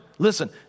Listen